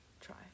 Try